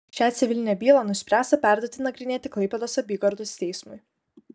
šią civilinę bylą nuspręsta perduoti nagrinėti klaipėdos apygardos teismui